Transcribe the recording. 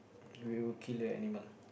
will kill a animal